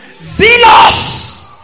Zealous